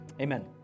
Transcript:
Amen